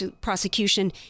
prosecution